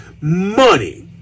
money